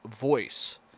voice